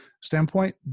standpoint